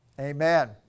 Amen